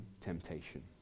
temptation